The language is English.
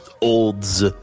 Olds